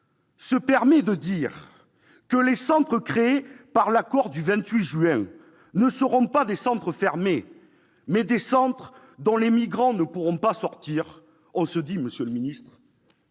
se permet de dire que les centres créés par l'accord du 28 juin seront non pas des centres fermés, mais des centres dont les migrants ne pourront pas sortir, on se dit que l'on